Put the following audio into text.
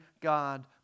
God